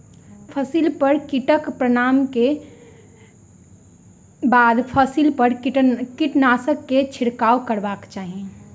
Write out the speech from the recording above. फसिल पर कीटक प्रमाण के बाद फसिल पर कीटनाशक के छिड़काव करबाक चाही